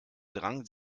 drang